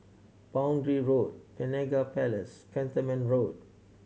Boundary Road Penaga Place Cantonment Road